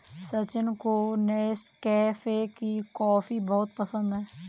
सचिन को नेस्कैफे की कॉफी बहुत पसंद है